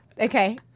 Okay